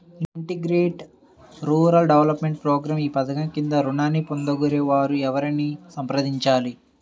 Integrated rural development programme ఈ పధకం క్రింద ఋణాన్ని పొందగోరే వారు ఎవరిని సంప్రదించాలి?